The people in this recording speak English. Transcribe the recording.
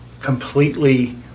completely